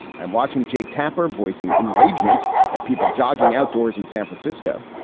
i'm watching jake tapper voicing enrage mint at people jogging outdoors in san francisco.